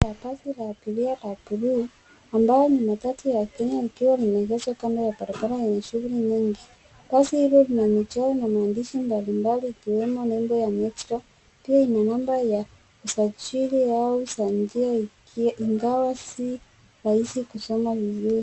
Basi la abiria la buluu ambayo ni nakati ya kenya likiwa limeegezwa kando ya barabara yenye shughuli nyingi basi hilo lina michoro na maandishi mbali mbali likiwemo nembo metro ya pia ina namba ya usajili yao sangia ingawa si rahisi kusoma vizuri.